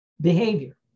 behavior